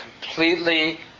completely